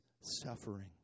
suffering